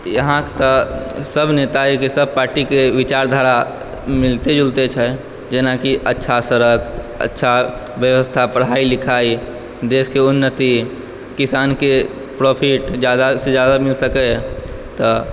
की अहाॅंक तऽ सब नेता सब पार्टीके विचार धारा मिलते जुलते छै जेनाकि अच्छा सड़क अच्छा व्यवस्था पढ़ाई लिखाई देश के उन्नति किसान के प्रोफ़िट जादा से जादा मिल सकै तऽ